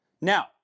Now